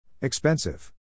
Expensive